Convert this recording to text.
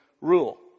rule